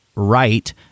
right